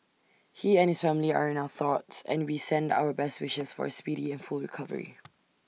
he and his family are in our thoughts and we send our best wishes for A speedy and full recovery